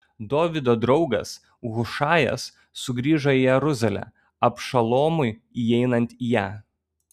dovydo draugas hušajas sugrįžo į jeruzalę abšalomui įeinant į ją